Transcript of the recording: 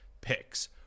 picks